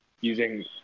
using